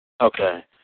Okay